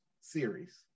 series